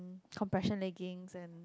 compression leggings and